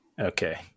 Okay